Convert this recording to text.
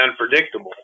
unpredictable